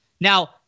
Now